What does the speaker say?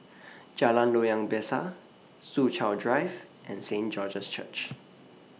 Jalan Loyang Besar Soo Chow Drive and Saint George's Church